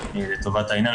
לטובת העניין,